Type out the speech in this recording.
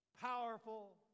powerful